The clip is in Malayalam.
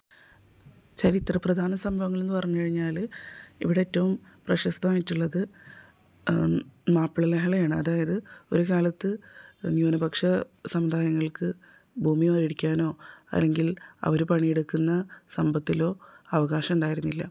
ചരിത്രപ്രധാന സംഭവങ്ങൾ എന്ന് പറഞ്ഞു കഴിഞ്ഞാൽ ഇവിടെ ഏറ്റവും പ്രശസ്തമായിട്ടുള്ളത് മാപ്പിള ലഹളയാണ് അതായത് ഒരു കാലത്ത് ന്യൂനപക്ഷ സമുദായങ്ങൾക്ക് ഭൂമി വേടിക്കാനോ അല്ലെങ്കിൽ അവർ പണിയെടുക്കുന്ന സമ്പത്തിലോ അവകാശമുണ്ടായിരുന്നില്ല